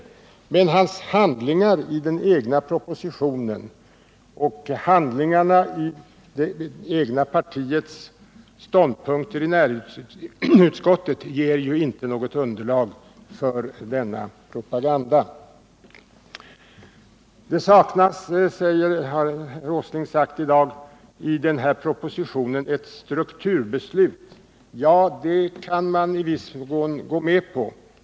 Men hans handlingar i den egna propositionen och handlingarna i det egna partiets ståndpunkter i näringsutskottet ger ju inte något underlag för denna propaganda. Det saknas i den här propositionen, har herr Åsling sagt i dag, ett strukturbeslut. Ja, det kan man i viss mån gå med på.